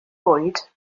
bwyd